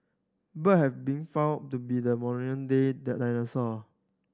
bird have been found to be the day dinosaur